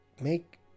make